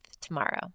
tomorrow